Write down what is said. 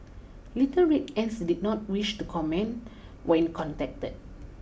little Red Ants did not wish to comment when contacted